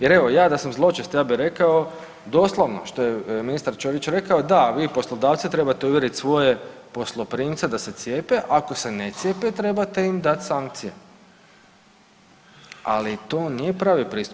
Jer evo ja da sam zločest ja bih rekao doslovno što je ministar Ćorić rekao, da vi poslodavci trebate uvjeriti svoje posloprimce da se cijepe, ako se ne cijepe trebate im sami dati … ali to nije pravi pristup.